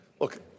Look